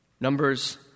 Numbers